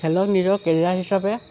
খেলক নিজৰ কেৰিয়াৰ হিচাপে